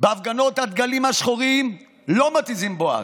בהפגנות הדגלים השחורים לא מתיזים בואש.